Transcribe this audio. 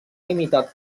limitat